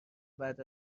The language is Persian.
بعد